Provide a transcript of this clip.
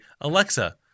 Alexa